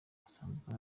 asanzwe